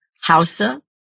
Hausa